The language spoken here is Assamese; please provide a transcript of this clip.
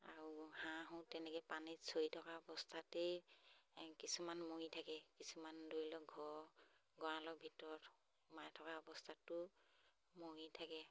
আৰু হাঁহো তেনেকৈ পানীত চৰি থকা অৱস্থাতেই কিছুমান মৰি থাকে কিছুমান ধৰি লওক ঘৰ গঁৰালৰ ভিতৰত সোমাই থকা অৱস্থাটো মৰি থাকে